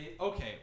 Okay